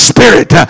Spirit